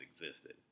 existed